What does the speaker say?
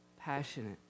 passionate